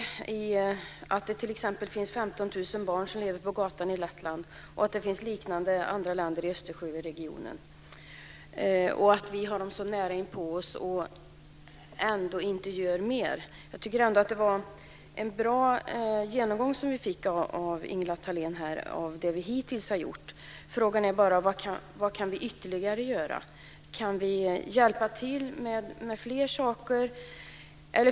Det finns t.ex. 15 000 barn som lever på gatan i Lettland, och det är liknande i andra länder i Östersjöregionen. Vi har dem så nära inpå oss och gör ändå inte mer. Det var en bra genomgång vi fick av Ingela Thalén av det vi hittills har gjort. Frågan är bara vad vi kan göra ytterligare. Kan vi hjälpa till med fler saker?